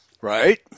Right